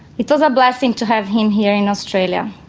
it was a blessing to have him here in australia.